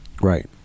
Right